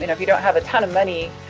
you know if you don't have a ton of money,